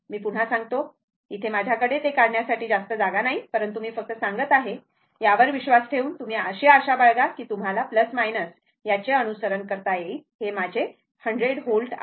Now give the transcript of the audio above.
मी पुन्हा सांगतो इथे माझ्या कडे ते काढण्यासाठी जास्त जागा नाही परंतु मी फक्त सांगत आहे यावर विश्वास ठेवून तुम्ही अशी आशा बाळगा की तुम्ही याचे अनुसरण कराल हे माझे 100 व्होल्ट आहे